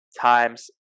times